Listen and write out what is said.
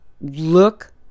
look